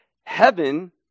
Heaven